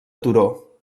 turó